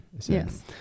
Yes